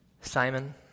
Simon